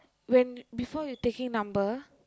when before you taking number